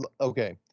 okay